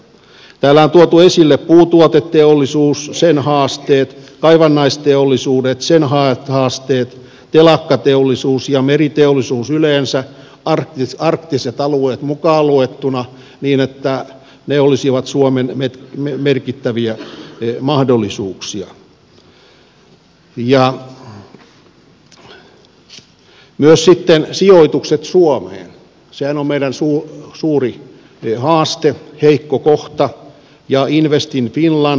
täällä on tuotu esille puutuoteteollisuus sen haasteet kaivannaisteollisuus sen haasteet telakkateollisuus ja meriteollisuus yleensä arktiset alueet mukaan luettuna se että ne olisivat suomen merkittäviä mahdollisuuksia myös sitten sijoitukset suomeen sehän on meidän suuri haasteemme heikko kohtamme ja invest in finland